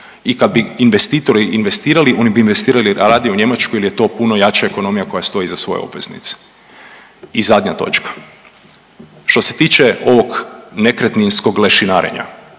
i kad bi investitori investirali oni bi investirali radije u Njemačku jer je to puno jača ekonomija koja stoji iza svoje obveznice. I zadnja točka. Što se tiče ovog nekretninskog lešinarenja,